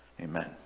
Amen